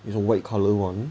it's a white colour [one]